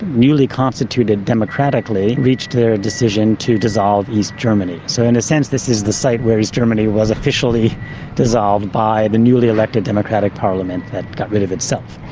newly constituted democratically, reached their decision to dissolve east germany. so in a sense this is the site where east germany was officially dissolved by the newly elected democratic parliament that got rid of itself.